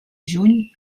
juny